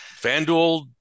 FanDuel